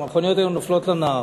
זאת אומרת, המכוניות היו נופלות לנהר.